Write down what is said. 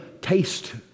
taste